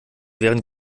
wären